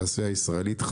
תעשייה ישראלית.